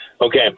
okay